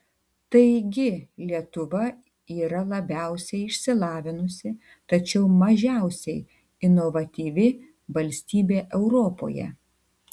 taigi lietuva yra labiausiai išsilavinusi tačiau mažiausiai inovatyvi valstybė europoje